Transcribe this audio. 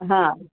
हां